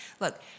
Look